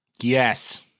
Yes